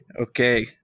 Okay